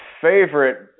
favorite